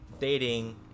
dating